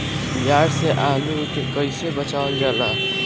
दियार से आलू के कइसे बचावल जाला?